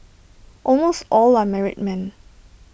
almost all are married men